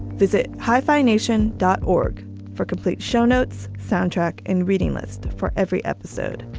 visit. hi fi nation dawg for complete show notes, soundtrack and reading list for every episode.